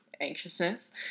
anxiousness